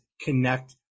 connect